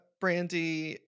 Brandy